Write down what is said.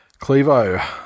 Clevo